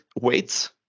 weights